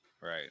right